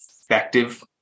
effective